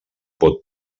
pot